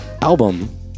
Album